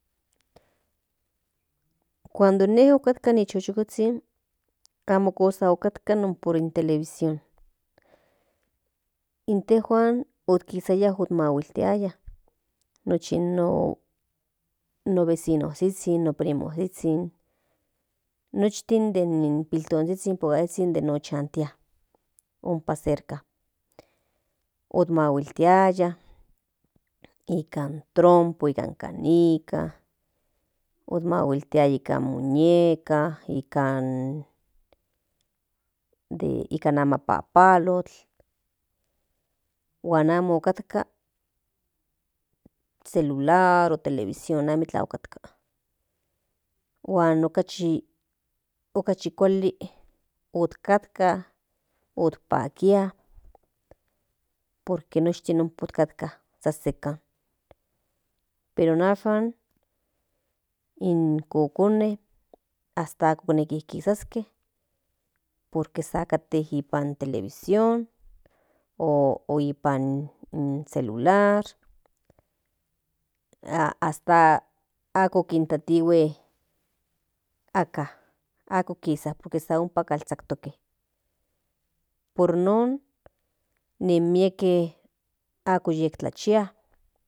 Cuando ine otkatka chukozhizhin amo kasa otkatka ni por in televisión intejuan otkisiya otmahuitiaya nochi non vecinozhizhin no primozhizhin noshtin den pokazhizhin piltonzhizhin ochantia ompa cerka otmahuiltiaya nikan trompo nikan canica otmahuiltiaya nikan muñeca nikan apapalotl hun mo otkatka celular o televison amo itlan otkatka huan okachu kuali otkatka otpakia por que noshtin ompa katka sanseka pero ashan in kokone hasta ako neki kisaske por que sankate nipan televisión o ipan celular hasta ako kintatihue aka ako kisa por que san ompa kasaltoke por non nen mieka ako tetklachia.